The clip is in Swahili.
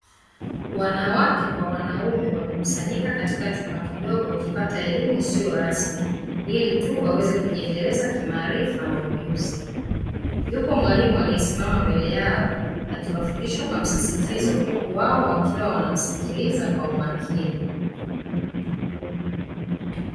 Wanawake kwa wanaume wamekusanyika katika chumba kidogo wakipata elimu isiyo rasmi, ili tu waweze kujiendeleza kimaarifa na ujuzi. Yuko mwalimu aliyesimama mbele yao akiwafundishwa kwa msisitizo huku wao wakiwa wanamsikiliza kwa umakini.